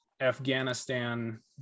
Afghanistan